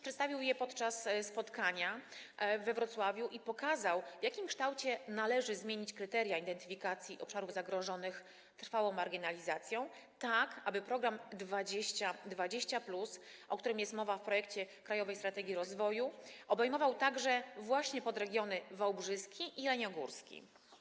Przedstawił je także podczas spotkania we Wrocławiu i pokazał, w jaki sposób należy zmienić kryteria identyfikacji obszarów zagrożonych trwałą marginalizacją, tak aby program 2020+, o którym jest mowa w projekcie „Krajowej strategii rozwoju”, obejmował także podregiony wałbrzyski i jeleniogórski.